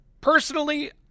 Personally